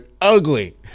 ugly